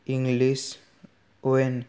English अवेन